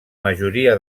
majoria